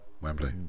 Wembley